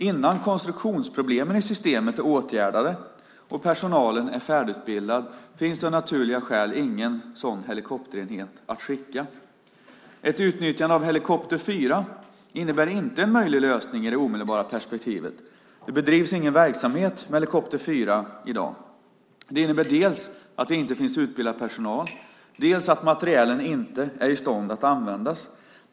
Innan konstruktionsproblemen i systemet är åtgärdade och personalen är färdigutbildad finns det av naturliga skäl ingen sådan helikopterenhet att skicka. Ett utnyttjande av helikopter 4 innebär inte en möjlig lösning i det omedelbara perspektivet. Det bedrivs ingen verksamhet med helikopter 4 i dag. Det innebär dels att det inte finns utbildad personal, dels att materielen inte är i stånd att användas.